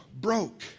broke